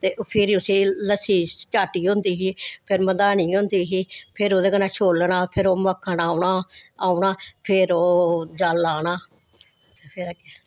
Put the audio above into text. ते फिरी उसी लस्सी चाट्टी होंदी ही फिर मधानी होंदी ही फिर ओह्दे कन्नै छोलना फिर ओह् मक्खन औना औना फिर ओह् फिर जल लाना ते फिर